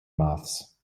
moths